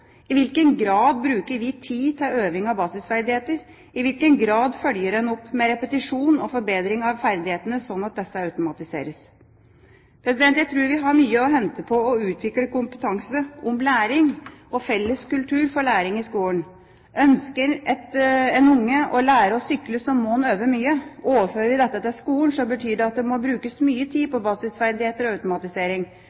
I hvilken grad bruker vi tid til øving av basisferdigheter? I hvilken grad følger en opp med repetisjon og forbedring av ferdighetene, slik at disse automatiseres? Jeg tror vi har mye å hente på å utvikle kompetanse om læring og felles kultur for læring i skolen. Ønsker en unge å lære å sykle, må han øve mye. Overfører vi dette til skolen, betyr det at det må brukes mye tid